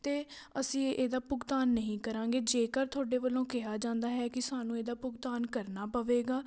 ਅਤੇ ਅਸੀਂ ਇਹਦਾ ਭੁਗਤਾਨ ਨਹੀਂ ਕਰਾਂਗੇ ਜੇਕਰ ਤੁਹਾਡੇ ਵੱਲੋਂ ਕਿਹਾ ਜਾਂਦਾ ਹੈ ਕਿ ਸਾਨੂੰ ਇਹਦਾ ਭੁਗਤਾਨ ਕਰਨਾ ਪਵੇਗਾ